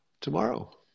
tomorrow